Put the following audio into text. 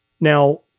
Now